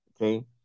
Okay